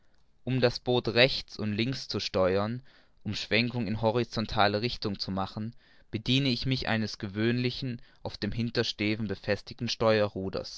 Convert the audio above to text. um das boot rechts und links zu lenken um schwenkungen in horizontaler richtung zu machen bediene ich mich eines gewöhnlichen auf dem hintersteven befestigten